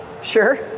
Sure